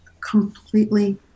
completely